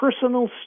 personal